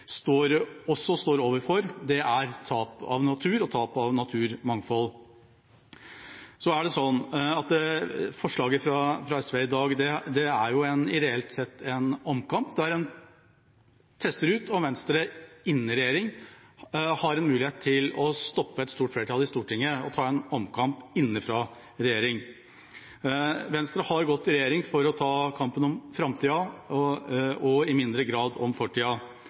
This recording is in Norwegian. står overfor. Så er det slik at forslaget fra SV i dag reelt sett er en omkamp der en tester ut om Venstre – i regjering – har en mulighet til å stoppe et stort flertall i Stortinget og ta en omkamp innenfra i regjeringen. Venstre har gått i regjering for å ta kampen om framtida, og i mindre grad om fortida.